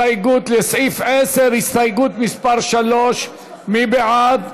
להסתייגות לסעיף 10, הסתייגות מס' 3. מי בעד?